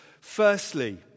Firstly